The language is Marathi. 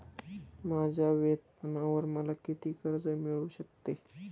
माझ्या वेतनावर मला किती कर्ज मिळू शकते?